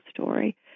story